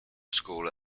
school